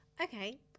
Okay